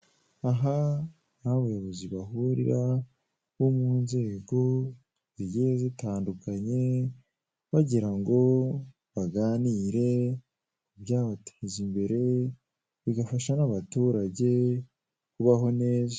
Aha niho abayobozi bahurira bo mu nzego zigiye zitandukanye bagira ngo baganire ibyabateza imbere bigafasha n'abaturage kubaho neza.